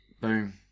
Boom